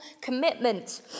commitment